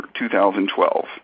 2012